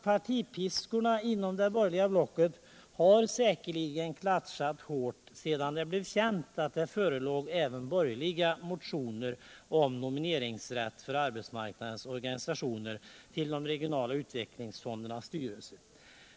Partipiskorna inom det borgerliga blocket har säkerligen klatschat hårt sedan det blev känt att det förelåg även borgerliga motioner om nomineringsrätt för arbetsmarknadens organisationer till de regionala utvecklingsfondernas styrelser.